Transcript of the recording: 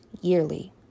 yearly